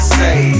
say